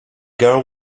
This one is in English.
girl